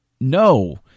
no